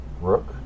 Rook